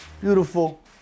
beautiful